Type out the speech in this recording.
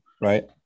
right